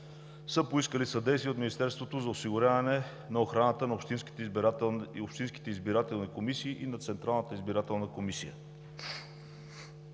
са поискали съдействие от Министерството за осигуряване на охраната на общинските избирателни комисии и на Централната избирателна комисия.